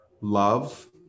love